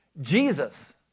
Jesus